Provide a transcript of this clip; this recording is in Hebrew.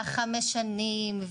החמש שנים,